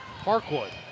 Parkwood